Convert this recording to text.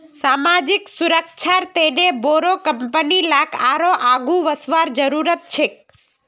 सामाजिक सुरक्षार तने बोरो कंपनी लाक आरोह आघु वसवार जरूरत छेक